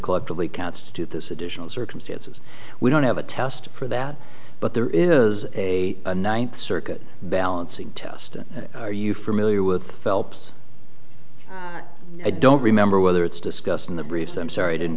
collectively constitute this additional circumstances we don't have a test for that but there is a ninth circuit balancing test and are you familiar with helps i don't remember whether it's discussed in the briefs i'm sorry didn't